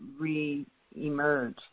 re-emerge